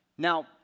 Now